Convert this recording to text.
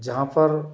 जहाँ पर